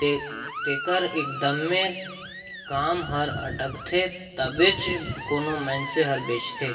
तेकर एकदमे काम हर अटकथे तबेच कोनो मइनसे हर बेंचथे